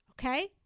Okay